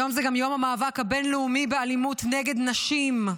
היום זה גם יום המאבק הבין-לאומי באלימות נגד נשים.